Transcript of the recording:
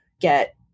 get